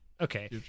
Okay